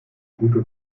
gute